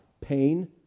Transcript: pain